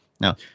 Now